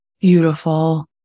beautiful